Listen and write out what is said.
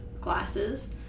glasses